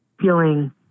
feeling